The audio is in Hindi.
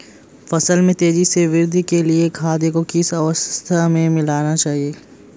फसल में तेज़ी से वृद्धि के लिए खाद को किस अवस्था में मिलाना चाहिए?